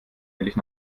endlich